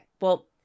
Well-